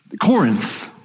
Corinth